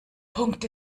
punkt